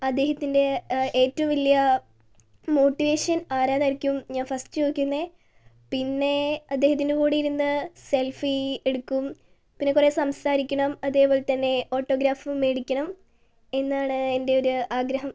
അദ്ദേഹത്തിൻ്റെ ഏറ്റവും വലിയ മോട്ടിവേഷൻ ആരാന്നായിരിക്കും ഞാൻ ഫസ്റ്റ് ചോദിക്കുന്നേ പിന്നെ അദ്ദേഹത്തിൻ്റെ കൂടെ ഇരുന്ന് സെൽഫി എടുക്കും പിന്നെ കുറെ സംസാരിക്കണം അതേപോലെ തന്നെ ഓട്ടോഗ്രാഫും മേടിക്കണം എന്നാണ് എൻ്റെ ഒരു ആഗ്രഹം